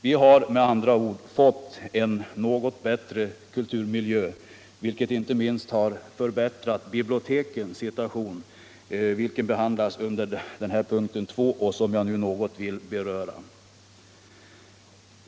Vi har med andra ord fått en något bättre kulturmiljö, vilket inte minst har förbättrat bibliotekens situation, som behandlas under punkten 2 och som jag något skall beröra.